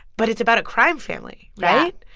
but it's about a crime family. yeah. right?